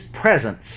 presence